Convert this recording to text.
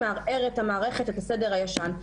מערער את המערכת ואת הסדר הישן.